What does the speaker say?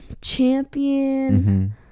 Champion